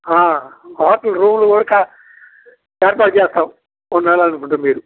hotel రూములు కూడా ఏర్పాటు చేస్తాం ఉండాలి అనుకుంటే మీరు